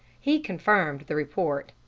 he confirmed the report.